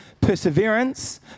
perseverance